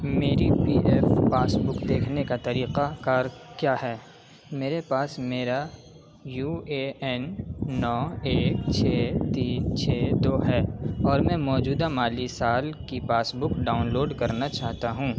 میری P F passbook دیکھنے کا طریقہ کار کیا ہے میرے پاس میرا یو اے این نو ایک چھ تین چھ دو ہے اور میں موجودہ مالی سال کی پاسبک ڈاؤنلوڈ کرنا چاہتا ہوں